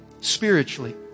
spiritually